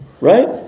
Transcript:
right